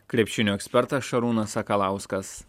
krepšinio ekspertas šarūnas sakalauskas